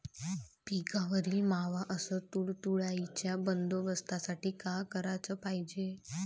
पिकावरील मावा अस तुडतुड्याइच्या बंदोबस्तासाठी का कराच पायजे?